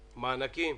מענקים.